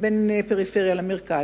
בין הפריפריה למרכז,